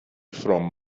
from